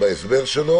נפרדות.